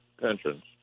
pensions